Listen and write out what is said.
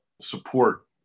support